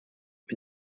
wir